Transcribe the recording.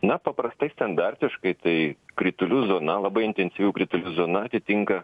na paprastai standartiškai tai kritulių zona labai intensyvių kritulių zona atitinka